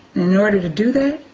in order to do that,